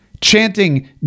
chanting